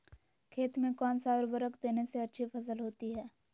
खेत में कौन सा उर्वरक देने से अच्छी फसल होती है?